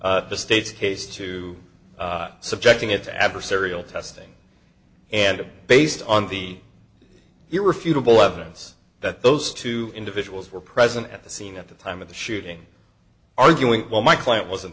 the state's case to subjecting it to adversarial testing and based on the you were futile evidence that those two individuals were present at the scene at the time of the shooting arguing well my client wasn't